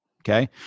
Okay